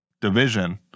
division